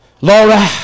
Laura